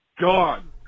gone